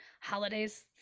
holidays